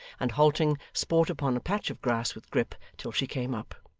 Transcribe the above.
and halting, sport upon a patch of grass with grip till she came up.